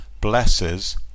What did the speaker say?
blesses